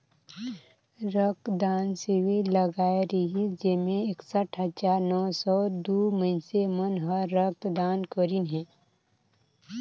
रक्त दान सिविर लगाए रिहिस जेम्हें एकसठ हजार नौ सौ दू मइनसे मन हर रक्त दान करीन हे